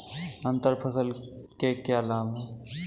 अंतर फसल के क्या लाभ हैं?